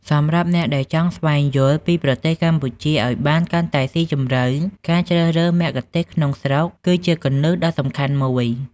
សម្រាប់អ្នកដែលចង់ស្វែងយល់ពីប្រទេសកម្ពុជាឲ្យបានកាន់តែស៊ីជម្រៅ ការជ្រើសរើសមគ្គុទ្ទេសក៍ក្នុងស្រុកគឺជាគន្លឹះដ៏សំខាន់មួយ